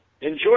Enjoy